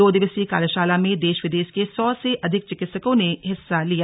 दो दिवसीय कार्यशाला में देश विदेश के सौ से अधिक चिकित्सकों ने हिस्सा लिया